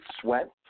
Sweat